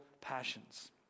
passions